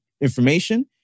information